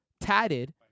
tatted